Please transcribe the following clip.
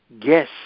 guess